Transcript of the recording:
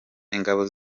ingabo